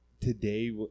today